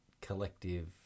collective